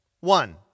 one